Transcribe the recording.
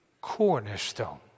cornerstone